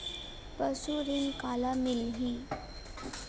पशु ऋण काला मिलही?